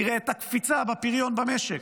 נראה את הקפיצה בפריון במשק.